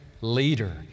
leader